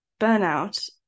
burnout